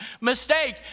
mistake